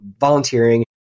volunteering